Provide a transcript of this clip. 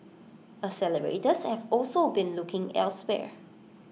accelerators have also been looking elsewhere